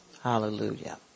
Hallelujah